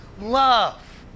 love